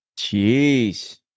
Jeez